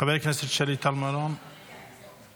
חברת הכנסת שלי טל מירון, בבקשה.